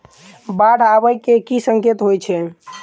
बाढ़ आबै केँ की संकेत होइ छै?